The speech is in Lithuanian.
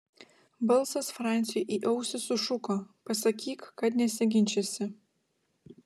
balsas franciui į ausį sušuko pasakyk kad nesiginčysi